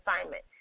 assignment